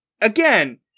again